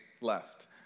left